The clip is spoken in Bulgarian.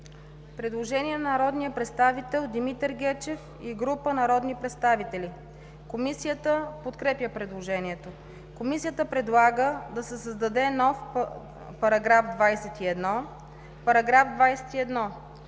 Предложение от народния представител Димитър Гечев и група народни представители. Комисията подкрепя предложението. Комисията предлага да се създаде нов § 2: „§ 2.